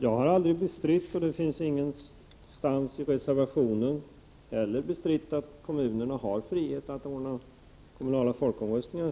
Jag har aldrig bestritt, och det bestrids inte heller någonstans i reservationen, att kommunerna har frihet att ordna kommunala folkomröstningar.